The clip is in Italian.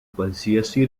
qualsiasi